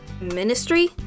Ministry